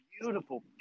beautiful